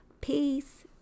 peace